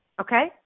okay